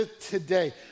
today